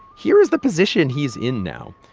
here is the position he's in now.